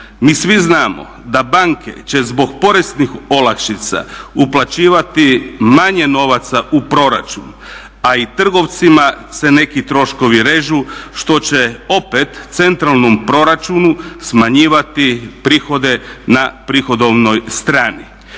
Mi svi znamo da banke će zbog poreznih olakšica uplaćivati manje novaca u proračun, a i trgovcima se neki troškovi režu što će opet centralnom proračunu smanjivati prihode na prihodovnoj strani.